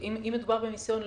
אם מדובר במיסיון,